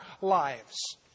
lives